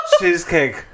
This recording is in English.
Cheesecake